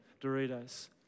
Doritos